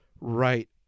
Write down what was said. right